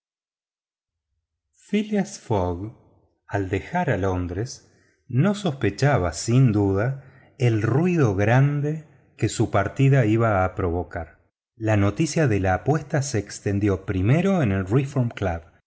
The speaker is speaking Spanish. al dejar londres no sospechaba sin duda el ruido grande que su partida iba a provocar la noticia de la apuesta se extendió primero en el reform club